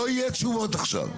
לא יהיו תשובות עכשיו.